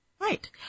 Right